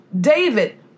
David